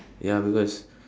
ya because